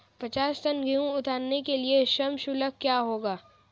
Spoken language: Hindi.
पचास टन गेहूँ उतारने के लिए श्रम शुल्क क्या होगा?